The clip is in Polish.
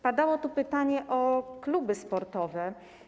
Padało tu pytanie o kluby sportowe.